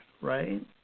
right